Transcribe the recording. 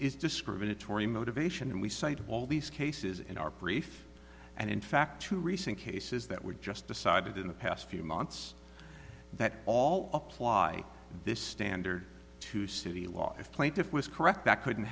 is discriminatory motivation and we cited all these cases in our brief and in fact two recent cases that were just decided in the past few months that all apply this standard to city law if plaintiff was correct that couldn't